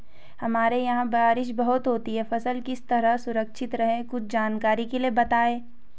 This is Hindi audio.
हमारे यहाँ बारिश बहुत होती है फसल किस तरह सुरक्षित रहे कुछ जानकारी के लिए बताएँ?